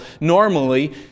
normally